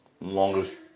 Longest